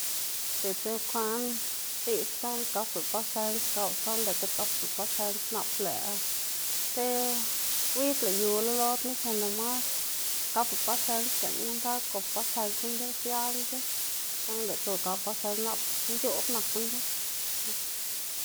diꞌltsa bukwaꞌn diꞌdz gaplá pasens gapla, saꞌnda diꞌltsa gapdlá pasens nap lëꞌ ti ruid lëꞌ yula lo knu sinda mas gaplá pasens biꞌnn wantar gop pasens guꞌn ki siala guꞌn ki, saꞌnda diꞌltsa lëꞌlá gapda pasens nap nc̲h̲oꞌb nak guꞌn ki.